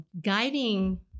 guiding